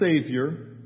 Savior